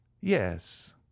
Yes